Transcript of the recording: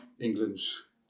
England's